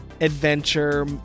Adventure